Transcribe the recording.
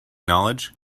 knowledge